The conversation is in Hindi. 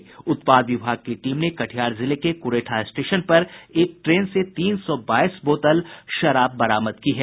उत्पाद विभाग की टीम ने कटिहार जिले के कुरेठा स्टेशन पर एक ट्रेन से तीन सौ बाईस बोतल शराब बरामद की है